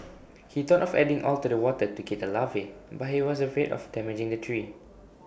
he thought of adding oil to the water to kill the larvae but he was afraid of damaging the tree